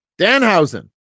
Danhausen